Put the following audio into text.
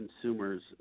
consumers